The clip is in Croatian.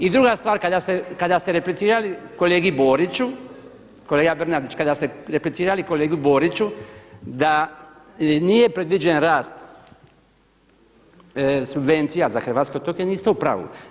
I druga stvar, kada ste replicirali kolegi Boriću, kolega Bernardić kada ste replicirali kolegi Boriću da nije predviđen rast subvencija za Hrvatsku … niste u pravu.